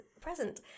present